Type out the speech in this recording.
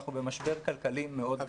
אנחנו במשבר כלכלי מאוד גדול,